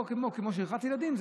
שכחת ילדים ברכב,